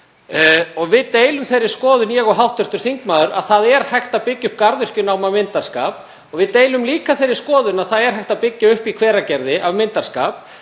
Við deilum þeirri skoðun, ég og hv. þingmaður, að það er hægt að byggja upp garðyrkjunám af myndarskap og við deilum líka þeirri skoðun að það er hægt að byggja upp í Hveragerði af myndarskap.